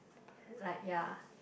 like ya